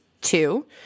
two